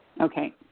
Okay